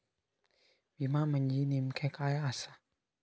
विमा म्हणजे नेमक्या काय आसा?